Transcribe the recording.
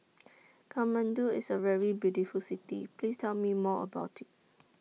Kathmandu IS A very beautiful City Please Tell Me More about IT